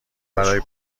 برای